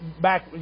back